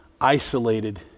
isolated